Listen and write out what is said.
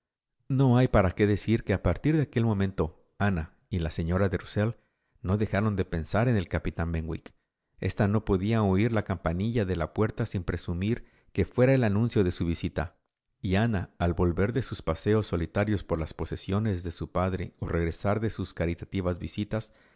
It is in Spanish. no hay para qué decir que a partir de aquel momento ana y la señora de rusell no dejaron de pensar en el capitán benwick esta no podía oír la campanilla de la puerta sin presumir que fuera el anuncio de su visita y ana al volver de sus paseos solitarios por las posesiones de su padre o regresar de sus caritativas visitas